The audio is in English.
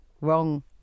wrong